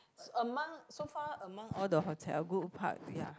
is among so far among all the hotel goodwood park ya